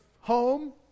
home